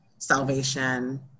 Salvation